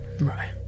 Right